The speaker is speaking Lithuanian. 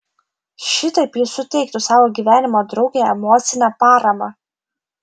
šitaip jis suteiktų savo gyvenimo draugei emocinę paramą